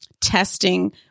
testing